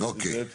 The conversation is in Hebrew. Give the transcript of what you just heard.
דלת פתוחה,